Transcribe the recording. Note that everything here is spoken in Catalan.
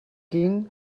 king